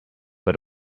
but